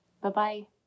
Bye-bye